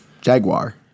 Jaguar